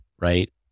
right